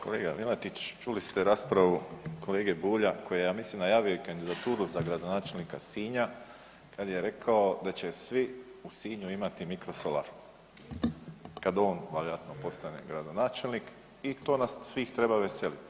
Kolega Milatić, čuli ste raspravu kolegu Bulja koji je ja mislim najavio i kandidaturu za gradonačelnika Sinja kad je rekao da će svi u Sinju imati mikrosolar kad on vjerojatno postane gradonačelnik i to nas svih treba veselit.